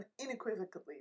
unequivocally